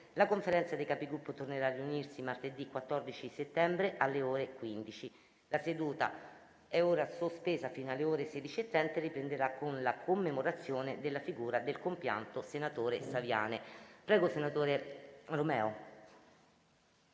La Conferenza dei Capigruppo tornerà a riunirsi martedì 14 settembre, alle ore 15. La seduta verrà ora sospesa fino alle ore 16,30 e riprenderà con la commemorazione della figura del compianto senatore Saviane. **Calendario